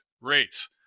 rates